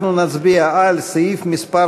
אנחנו נצביע על סעיף מס'